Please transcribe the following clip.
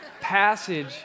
passage